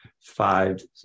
five